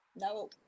No